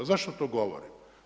Zašto to govorim?